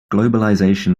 globalization